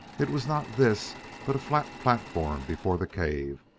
it was not this but a flat platform before the cave,